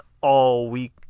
all-week